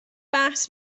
بحث